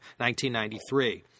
1993